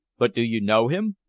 but do you know him?